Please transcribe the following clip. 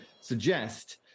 suggest